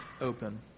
open